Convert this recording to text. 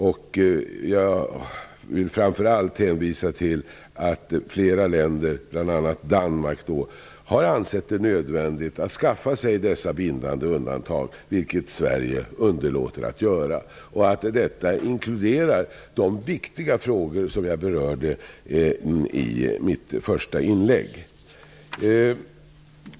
Jag vill framför allt hänvisa till att flera länder, bl.a. Danmark, har ansett det nödvändigt att skaffa sig dessa bindande undantag, vilket Sverige underlåter att göra. Detta inkluderar de viktiga frågor som jag berörde i mitt första inlägg.